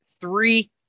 three